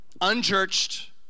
unchurched